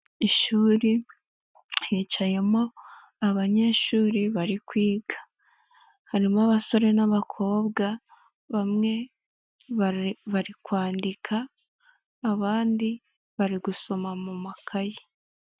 Ishuri hicayemo abanyeshuri bari kwiga, harimo abasore n'abakobwa bamwe bari kwandika abandi bari gusoma mu makayi.